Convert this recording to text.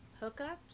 hookups